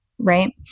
Right